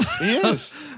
Yes